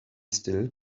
still